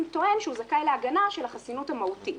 טוען שהוא זכאי להגנה של החסינות המהותית,